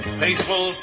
faithful